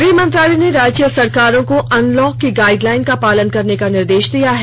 गृह मंत्रालय ने राज्य सरकारों को अनलॉक की गाइडलाइन का पालन करने का निर्देश दिया है